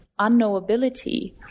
unknowability